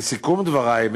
לסיכום דברי,